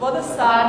כבוד השר,